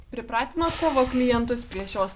pripratinot savo klientus prie šios